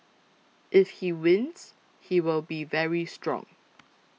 if he wins he will be very strong